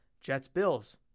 Jets-Bills